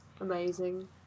Amazing